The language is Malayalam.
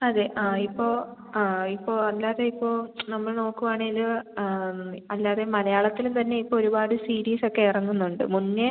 അതെ ആ ഇപ്പോൾ ആ ഇപ്പോൾ അല്ലാതെ ഇപ്പോൾ നമ്മൾ നോക്കുകയാണെങ്കിൽ അല്ലാതെ മലയാളത്തിൽ തന്നെ ഇപ്പോൾ ഒരുപാട് സിരീസൊക്കെ ഇറങ്ങുന്നുണ്ട് മുന്നെ